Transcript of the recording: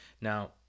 now